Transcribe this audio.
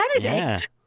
Benedict